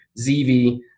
ZV